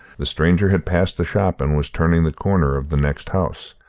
the stranger had passed the shop and was turning the corner of the next house.